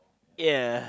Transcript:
ya